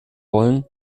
wollen